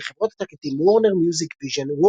על ידי חברות התקליטים וורנר מיוזיק ויז'ן,